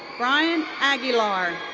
brayar and aguilar.